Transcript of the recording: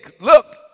look